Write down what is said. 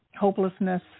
hopelessness